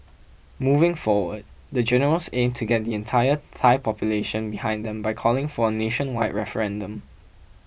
moving forward the generals aim to get the entire Thai population behind them by calling for a nationwide referendum